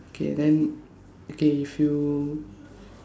okay then okay if you